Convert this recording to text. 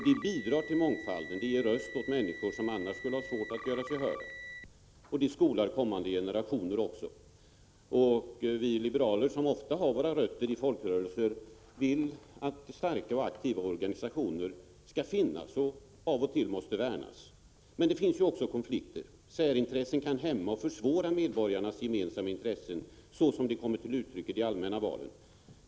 Den bidrar till mångfalden, ger röst åt människor som annars skulle ha svårt att göra sig hörda och skolar också kommande generationer. Vi liberaler, som ofta har våra rötter i folkrörelser, vill att starka och aktiva organisationer skall finnas och av och till måste värnas. Men det finns också konflikter på detta område. Särintressen kan hämma och försvåra hävdandet av medborgarnas gemensamma intressen såsom dessa kommer till uttryck i de allmänna valen.